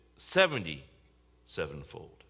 Seventy-sevenfold